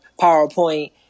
PowerPoint